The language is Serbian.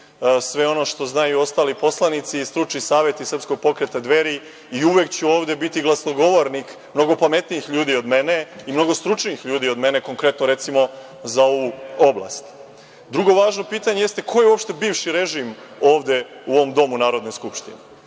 sve ono što znaju i ostali poslanici i stručni savet iz srpskog Pokreta Dveri i uvek ću ovde biti glasnogovornik mnogo pametnijih ljudi od mene i mnogo stručnijih ljudi od mene, konkretno recimo za ovu oblast. Drugo važno pitanje jeste – ko je uopšte bivši režim ovde u ovom Domu Narodne skupštine?